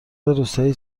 روستایی